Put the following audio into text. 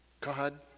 God